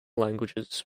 languages